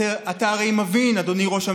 איך אתה לא מתבייש שהצעירים נעדרים מכל תוכניות הסיוע